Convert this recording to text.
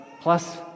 plus